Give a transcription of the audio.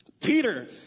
Peter